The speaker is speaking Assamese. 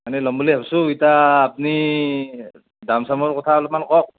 সেইখিনি ল'ম বুলি ভাবিছোঁ ইতা আপুনি দাম চামৰ কথা অলপমান কওক